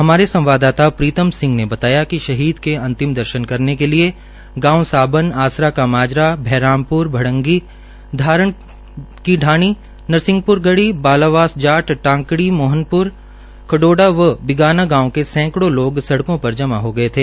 हमारे सवाददता प्रीतम सिहं ने बताया कि अंतिम दर्शन करने के लिये गांव साबन आसरा का माजरा भ्रष्टामप्र मड़गी धारण धारण की थाणी नरसिंहप्र गढ़ी बालावास जाट टाकड़ी मोहनप्र खंडोडा व बिगाना गांव के सक्कड़ों लोग सड़केां पर जाम हो गये थे